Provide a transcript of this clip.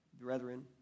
brethren